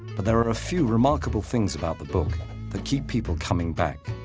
but there are a few remarkable things about the book that keep people coming back.